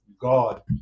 God